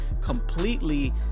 completely